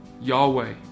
Yahweh